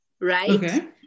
right